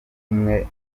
kumwe